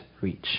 reach